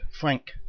Frank